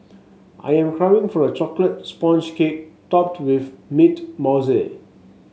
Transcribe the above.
I am craving for a chocolate sponge cake topped with mint mousse